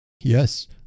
Yes